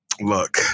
look